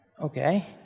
Okay